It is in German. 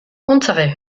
unsere